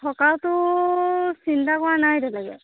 থকাটো চিন্তা কৰা নাই এতিয়ালৈকে